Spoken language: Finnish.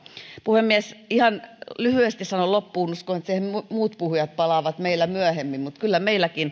puhemies ihan lyhyesti sanon loppuun uskon että siihen muut puhujat palaavat meillä myöhemmin että kyllä mekin